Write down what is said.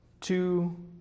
two